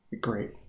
Great